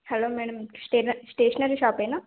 hello madam స్టే stationery షాపేనా